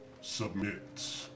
submit